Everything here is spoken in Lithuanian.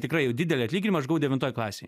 tikrai didelį atlyginimą aš gavau devintoj klasėj